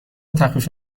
تخفیف